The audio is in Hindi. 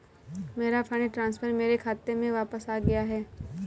मेरा फंड ट्रांसफर मेरे खाते में वापस आ गया है